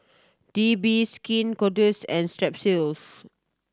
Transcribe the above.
B D Skin Ceuticals and Strepsils